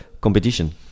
competition